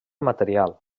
material